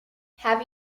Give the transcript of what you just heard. have